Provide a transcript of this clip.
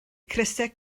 crysau